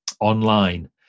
online